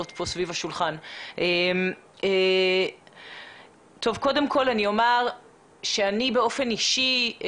אני אומר שאני באופן אישי,